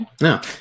No